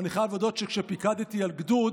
אני חייב להודות שכשפיקדתי על גדוד,